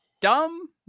dumb